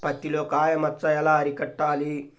పత్తిలో కాయ మచ్చ ఎలా అరికట్టాలి?